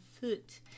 foot